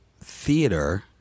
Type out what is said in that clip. theater